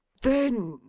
then,